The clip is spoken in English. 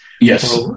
yes